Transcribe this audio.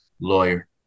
Lawyer